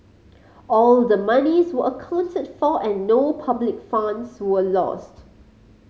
all the monies were accounted for and no public funds were lost